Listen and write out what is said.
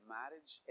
marriage